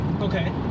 Okay